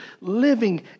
living